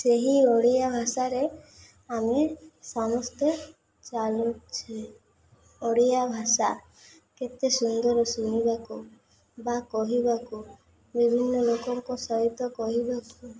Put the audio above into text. ସେହି ଓଡ଼ିଆ ଭାଷାରେ ଆମେ ସମସ୍ତେ ଚାଲୁଛେ ଓଡ଼ିଆ ଭାଷା କେତେ ସୁନ୍ଦର ଶୁଣିବାକୁ ବା କହିବାକୁ ବିଭିନ୍ନ ଲୋକଙ୍କ ସହିତ କହିବାକୁ